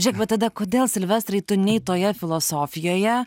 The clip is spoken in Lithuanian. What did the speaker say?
žiūrėk va tada kodėl silvestrai tu nei toje filosofijoje